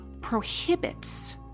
prohibits